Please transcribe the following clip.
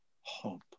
Hope